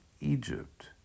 Egypt